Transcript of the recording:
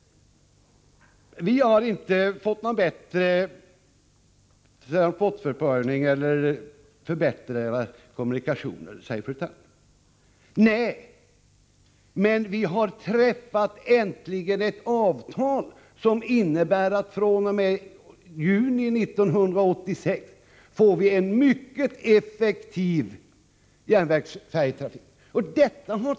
Vi har inte fått någon bättre transportförsörjning eller bättre kommunikationer, säger fru Tillander. Nej, men vi har äntligen träffat ett avtal som innebär att fr.o.m. juni 1986 får vi en mycket effektiv järnvägsfärjetrafik.